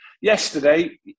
Yesterday